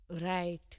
Right